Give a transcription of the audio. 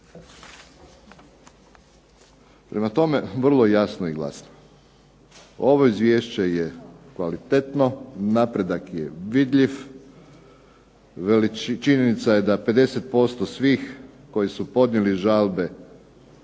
Prema tome vrlo jasno i glasno, ovo izvješće je kvalitetno, napredak je vidljiv, činjenica je da 50% svih koji su podnijeli žalbe